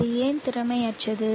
அது ஏன் திறமையற்றது